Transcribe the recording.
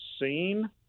seen